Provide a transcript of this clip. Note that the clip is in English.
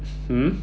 hmm